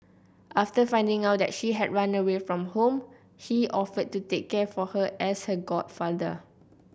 after finding out that she had run away from home he offered to take care for her as her godfather